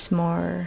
more